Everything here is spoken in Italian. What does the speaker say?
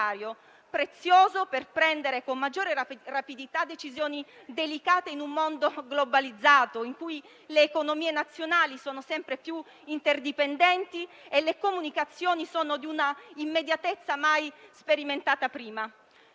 prezioso per prendere con maggiore rapidità decisioni delicate in un mondo globalizzato, in cui le economie nazionali sono sempre più interdipendenti e le comunicazioni di un'immediatezza mai sperimentata prima.